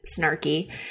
snarky